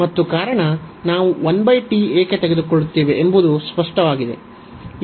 ಮತ್ತು ಕಾರಣ ನಾವು 1 t ಏಕೆ ತೆಗೆದುಕೊಳ್ಳುತ್ತಿದ್ದೇವೆ ಎಂಬುದು ಸ್ಪಷ್ಟವಾಗಿದೆ